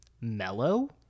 mellow